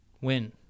Win